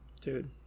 Dude